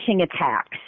attacks